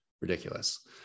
ridiculous